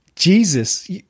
Jesus